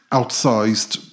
outsized